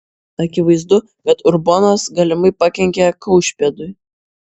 akivaizdu kad urbonas galimai pakenkė kaušpėdui